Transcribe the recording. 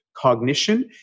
Cognition